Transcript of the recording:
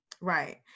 Right